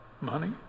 money